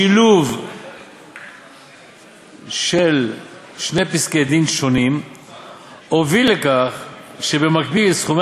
שילוב של שני פסקי-דין שונים הוביל לכך שבמקביל סכומי